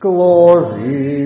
Glory